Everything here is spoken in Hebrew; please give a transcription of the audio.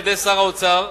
על-ידי שר האוצר,